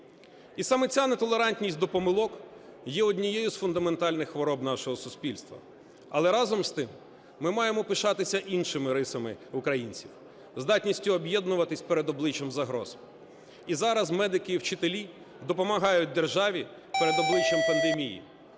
І саме ця нетолерантність до помилок є однією з фундаментальних хвороб нашого суспільства. Але, разом з тим, ми маємо пишатися іншими рисами українців, здатністю об'єднуватись перед обличчям загроз. І зараз медики і вчителі допомагають державі перед обличчям пандемії.